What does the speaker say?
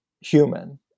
human